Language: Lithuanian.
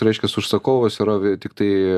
reiškias užsakovas yra tiktai